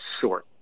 short